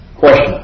Question